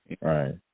right